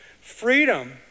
Freedom